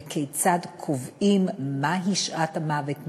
וכיצד קובעים מהי שעת המוות,